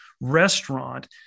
restaurant